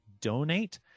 Donate